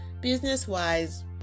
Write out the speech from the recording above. Business-wise